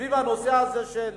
סביב הנושא הזה של